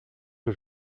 que